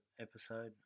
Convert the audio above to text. episode